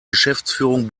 geschäftsführung